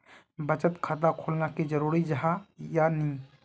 बचत खाता खोलना की जरूरी जाहा या नी?